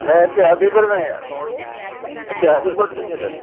न हिते आदिपुर में हिते आदिपुर में थींदो